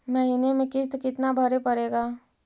महीने में किस्त कितना भरें पड़ेगा?